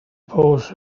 post